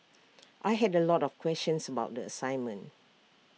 I had A lot of questions about the assignment